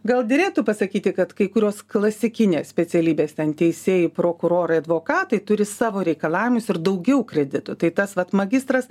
gal derėtų pasakyti kad kai kurios klasikinės specialybės ten teisėjai prokurorai advokatai turi savo reikalavimus ir daugiau kreditų tai tas vat magistras